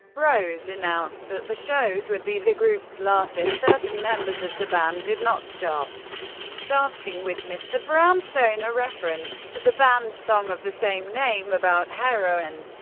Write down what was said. rose announced that the shows would be the group's last if certain members of the band did not stop dancing with mr. brownstone, a reference to the band's song of the same name about heroin.